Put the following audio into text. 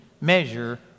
measure